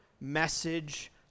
message